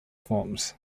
forms